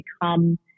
become